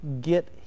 get